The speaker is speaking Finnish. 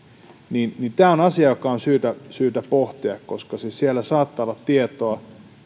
niin tämä on asia jota on syytä syytä pohtia koska siellä saattaa olla tietoa